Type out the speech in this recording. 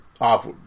off